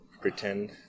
pretend